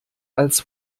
als